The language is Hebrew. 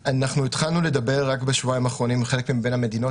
התחלנו לדבר רק בשבועיים האחרונים עם חלק מבין המדינות,